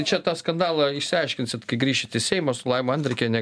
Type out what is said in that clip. čia tą skandalą išsiaiškinsit kai grįšit į seimą su laima andrikiene